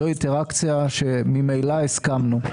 זאת אינטראקציה שממילא הסכמנו עליה,